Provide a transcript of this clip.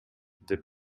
деп